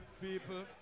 people